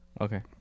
Okay